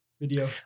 video